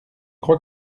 crois